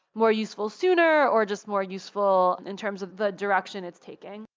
more useful sooner, or just more useful in terms of the direction it's taking.